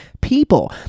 people